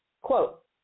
Quote